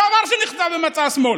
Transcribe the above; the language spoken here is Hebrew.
דבר שנכתב במצע השמאל.